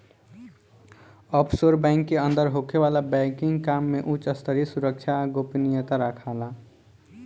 offshore bank के अंदर होखे वाला बैंकिंग काम में उच स्तरीय सुरक्षा आ गोपनीयता राखाला